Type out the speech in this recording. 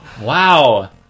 Wow